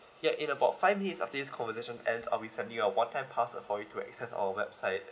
ya in about five minutes after this conversation ends I'll be sending you a one time password for you to access our website